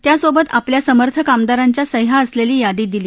त्यासोबत आपल्या समर्थक आमदारांच्या सह्या असलेली यादी दिली